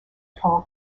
tall